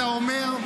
אתה אומר,